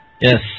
Yes